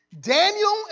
Daniel